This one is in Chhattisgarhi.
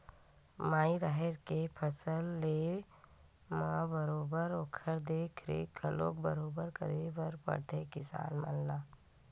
माई राहेर के फसल लेय म बरोबर ओखर देख रेख घलोक बरोबर करे बर परथे किसान मन ला